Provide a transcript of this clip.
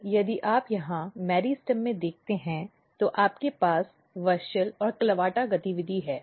तो यदि आप यहां मेरिस्टेम में देखते हैं तो आपके पास WUSCHEL और CLAVATA गतिविधि है